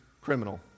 criminal